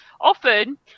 often